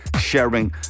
sharing